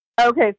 Okay